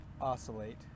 oscillate